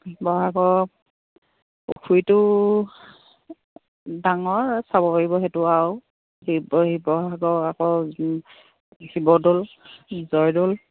শিৱসাগৰ পুখুৰীটো ডাঙৰ চাব পাৰিব সেইটো আৰু শি শিৱসাগৰ আকৌ শিৱদৌল জয়দৌল